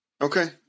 Okay